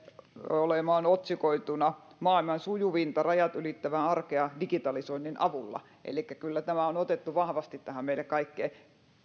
olemaan otsikoituna näin maailman sujuvinta rajat ylittävää arkea digitalisoinnin avulla elikkä kyllä tämä on otettu vahvasti tähän meille kaikkeen